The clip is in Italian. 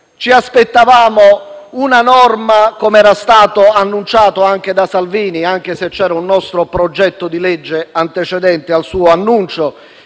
Ci aspettavamo una norma - come era stato annunciato anche dal ministro Salvini, anche se c'era un nostro progetto di legge in materia antecedente il suo annuncio